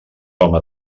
home